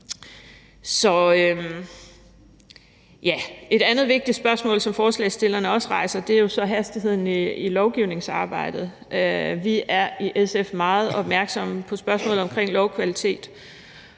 Et andet vigtigt spørgsmål, som forslagsstillerne rejser, er hastigheden i lovgivningsarbejdet. Vi er i SF meget opmærksomme på spørgsmålet om lovkvalitet,